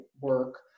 work